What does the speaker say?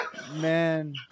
Man